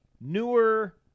newer